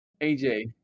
AJ